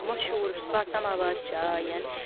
مشہوٗر سَماوار چھِ آیَن